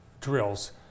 drills